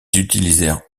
utilisèrent